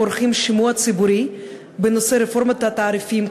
עורכים שימוע ציבורי בנושא רפורמת התעריפים,